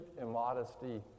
immodesty